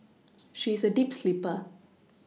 she is a deep sleeper